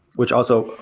which also,